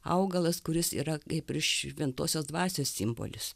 augalas kuris yra kaip ir šventosios dvasios simbolis